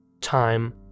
Time